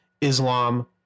Islam